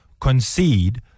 concede